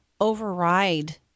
override